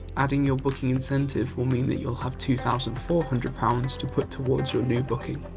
adding your booking incentive will mean that you'll have two thousand four hundred pounds to put towards your new booking.